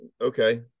okay